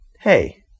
hey